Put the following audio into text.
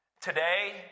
Today